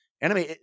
anime